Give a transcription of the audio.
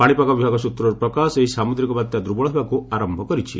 ପାଣିପାଗ ବିଭାଗ ସ୍ୱତ୍ରରୁ ପ୍ରକାଶ ଏହି ସାମୁଦ୍ରିକ ବାତ୍ୟା ଦୁର୍ବଳ ହେବାକୁ ଆରମ୍ଭ କରିଛି